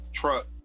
truck